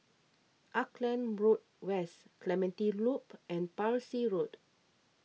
Auckland Road West Clementi Loop and Parsi Road